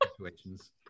situations